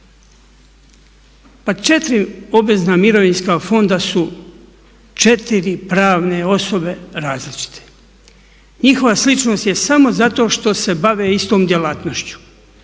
Pa 4 obvezna mirovinska fonda su 4 pravne osobe različite. Njihova sličnost je samo zato što se bave istom djelatnošću.